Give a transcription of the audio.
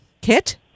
Kit